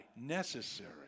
Necessary